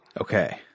Okay